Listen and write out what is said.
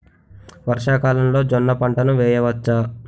వర్షాకాలంలో జోన్న పంటను వేయవచ్చా?